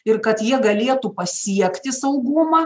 ir kad jie galėtų pasiekti saugumą